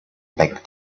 big